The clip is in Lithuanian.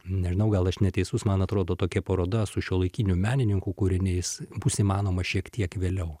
nežinau gal aš neteisus man atrodo tokia paroda su šiuolaikinių menininkų kūriniais bus įmanoma šiek tiek vėliau